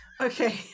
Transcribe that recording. okay